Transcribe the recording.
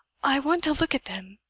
i want to look at them,